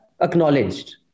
acknowledged